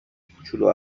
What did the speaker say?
کوچولو